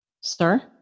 Sir